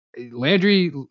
Landry